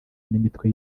n’imitwe